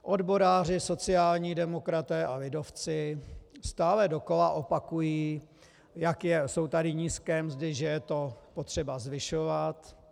Odboráři, sociální demokraté a lidovci stále dokola opakují, jak jsou tady nízké mzdy, že je to potřeba zvyšovat.